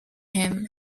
him